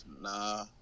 nah